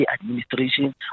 administration